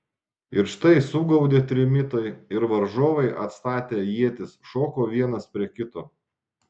ir štai sugaudė trimitai ir varžovai atstatę ietis šoko vienas prie kito